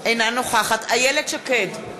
אינה נוכחת איילת שקד,